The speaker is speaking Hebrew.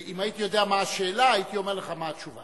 אם הייתי יודע מה השאלה, הייתי אומר לך מה התשובה.